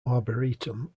arboretum